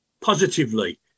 positively